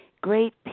Great